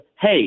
hey